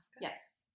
Yes